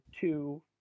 two